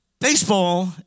baseball